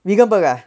vegan burger ah